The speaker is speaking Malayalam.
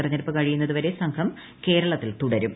തെരഞ്ഞെടുപ്പു കഴിയുന്നതുവരെ സംഘം കേരളത്തിൽ തുടരും